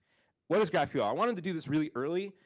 what is graphql? i wanted to do this really early.